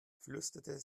flüsterte